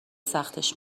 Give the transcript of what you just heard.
سختش